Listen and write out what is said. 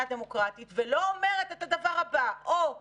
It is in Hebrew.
דמוקרטית ולא אומרת את הדבר הבא: צה"ל,